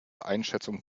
einschätzung